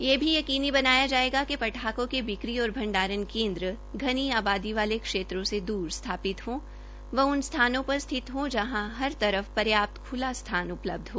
यह भी यकीनी बनाया जायेगा कि पटाखे के बिक्री और भंडारण केन्द्र घनी आबादी बाले क्षेत्रों से दूर स्थापित हो व उन स्थानों पर स्थित हो जहां हर तर फ पर्याप्त ख्ला स्थान उपलब्ध हो